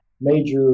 major